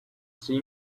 see